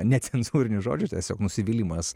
necenzūrinių žodžių tiesiog nusivylimas